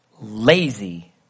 lazy